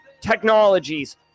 technologies